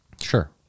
Sure